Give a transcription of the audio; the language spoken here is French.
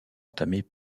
entamées